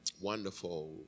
wonderful